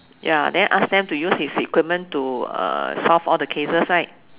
ya then ask them to use his equipment to uh solve all the cases right